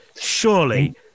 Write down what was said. surely